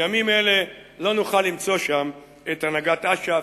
אך בימים אלה לא נוכל למצוא שם את הנהגת אש"ף,